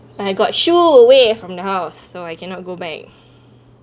like I got shooed away from the house so I cannot go back